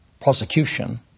prosecution